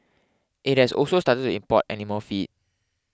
it has also started to import animal feed